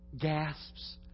gasps